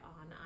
on